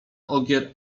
ogier